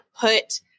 put